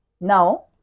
now